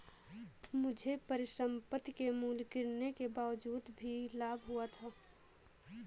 मुझे परिसंपत्ति के मूल्य गिरने के बावजूद भी लाभ हुआ था